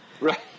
Right